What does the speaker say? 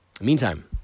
Meantime